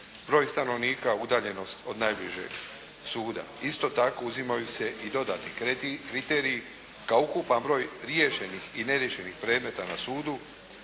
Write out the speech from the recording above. broj stanovnika udaljenost od najbližeg suda. Isto tako uzimaju se i dodatni kriteriji kao ukupan broj riješenih i neriješenih predmeta na sudu,